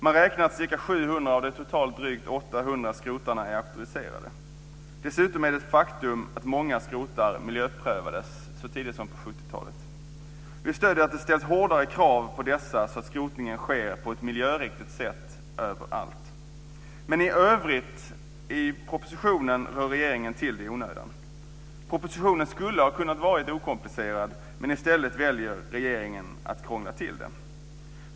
Man räknar med att ca 700 av de totalt drygt 800 skrotningsfirmorna är auktoriserade. Dessutom är det ett faktum att många skrotningsfirmor miljöprövades på 70-talet. Vi stöder att det ställs hårdare krav på dessa så att skrotningen sker på ett miljövänligt sätt överallt. Men i övrigt rör regeringen till det i onödan i propositionen. Den skulle ha kunnat vara okomplicerad, men i stället väljer regeringen att krångla till det.